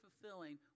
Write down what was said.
fulfilling